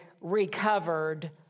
recovered